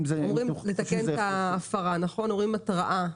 לתקן את ההפרה, נותנים התראה.